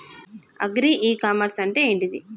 Agri e commerce అంటే ఏంటిది?